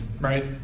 Right